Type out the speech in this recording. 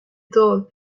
doll